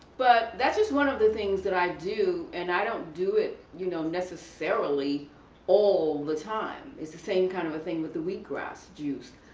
but that's just one of the things that i do. and i don't do it, you know, necessarily all the time. it's the same kind of a thing with the wheatgrass juice.